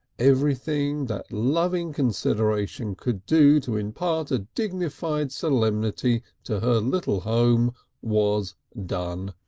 everything that loving consideration could do to impart a dignified solemnity to her little home was done.